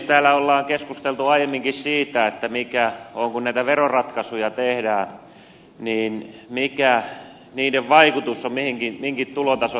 täällä on keskusteltu aiemminkin siitä kun näitä veroratkaisuja tehdään mikä niiden vaikutus on minkin tulotason ihmisiin